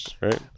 right